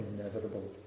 inevitable